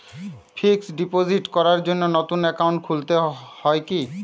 Fix deposit করার জন্য নতুন অ্যাকাউন্ট খুলতে হয় কী?